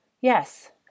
Yes